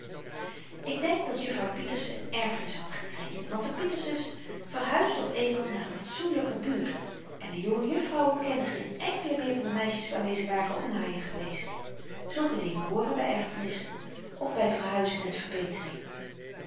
ik denk dat juffrouw pieterse een erfenis had gekregen want de pietersens verhuisden op eenmaal naar n fatsoenlyker buurt en de jonge jufvrouwen kenden geen enkele meer van de meisjes waarmeê ze waren op naaien geweest zulke dingen hooren by erfenissen of by verhuizen met verbetering